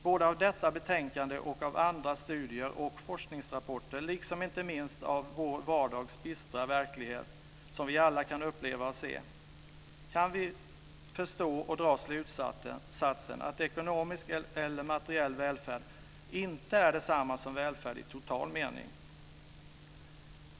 Både av detta betänkande, av andra studier och av forskningsrapporter och inte minst av vår vardags bistra verklighet - som vi alla kan uppleva och se - kan vi förstå och dra slutsatsen att ekonomisk eller materiell välfärd inte är detsamma som välfärd i total mening.